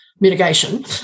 mitigation